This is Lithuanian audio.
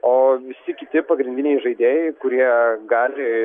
o visi kiti pagrindiniai žaidėjai kurie gali